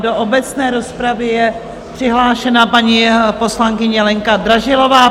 Do obecné rozpravy je přihlášená paní poslankyně Lenka Dražilová.